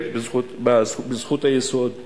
בזכות היסוד להיבחר.